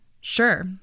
Sure